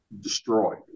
destroyed